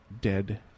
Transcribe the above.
dead